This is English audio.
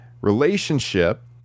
relationship